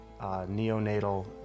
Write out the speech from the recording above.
neonatal